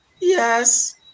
Yes